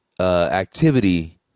activity